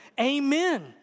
Amen